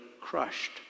crushed